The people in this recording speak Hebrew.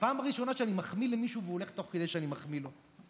פעם ראשונה שאני מחמיא למישהו והוא הולך תוך כדי שאני מחמיא לו.